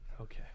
Okay